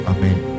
Amen